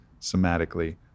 somatically